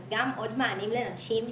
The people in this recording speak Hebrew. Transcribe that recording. אז גם עוד מענים לנשים.